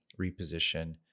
reposition